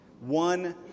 One